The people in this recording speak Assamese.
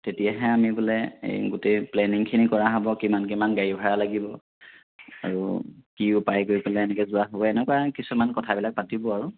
তেতিয়াহে আমি বোলে এই গোটেই প্লেনিংখিনি কৰা হ'ব কিমান কিমান গাড়ী ভাড়া লাগিব আৰু কি উপায় কৰি পেলাই এনেকৈ যোৱা হ'ব এনেকুৱা কিছুমান কথাবিলাক পাতিব আৰু